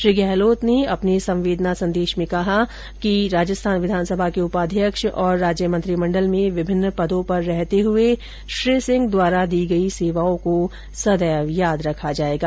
श्री गहलोत ने अपने संवेदना संदेश में कहा कि राजस्थान विघानसभा के उपाध्यक्ष और राज्य मंत्रिमंडल में विमिन्न पदों पर रहते हुए श्री सिंह द्वारा दी गई सेवाओं को सदैव याद रखा जाएगा